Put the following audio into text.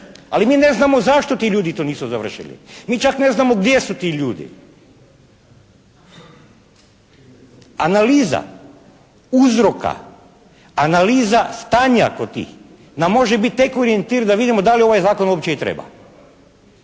Ali mi ne znamo zašto ti ljudi to nisu završili. Mi čak ne znamo gdje su ti ljudi. Analiza uzroka, analiza stanja kod tih nam može biti tek orijentir da vidimo da li ovaj zakon uopće i treba.